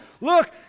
Look